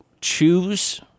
choose